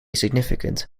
significant